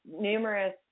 numerous